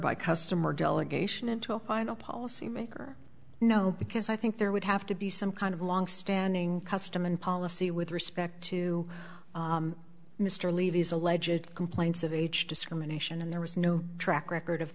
by customer delegation into a final policy maker no because i think there would have to be some kind of longstanding custom in policy with respect to mr levy is a legit complaints of age discrimination and there was no track record of